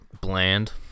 bland